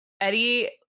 Eddie